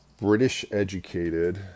British-educated